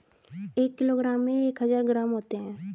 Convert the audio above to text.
एक किलोग्राम में एक हजार ग्राम होते हैं